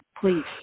please